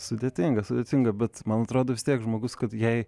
sudėtinga sudėtinga bet man atrodo vis tiek žmogus kad jei